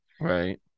Right